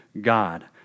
God